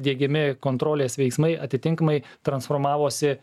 diegiami kontrolės veiksmai atitinkamai transformavosi